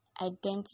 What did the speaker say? identity